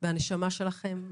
הנשמה שלכם,